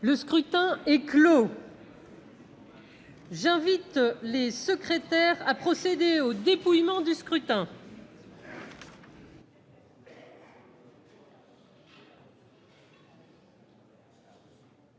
Le scrutin est clos. J'invite Mmes et MM. les secrétaires à procéder au dépouillement du scrutin.